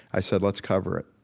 i said, let's cover it.